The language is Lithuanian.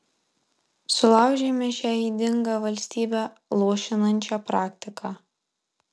sulaužėme šią ydingą valstybę luošinančią praktiką